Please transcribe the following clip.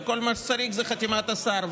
וכל מה שצריך זה חתימת השר.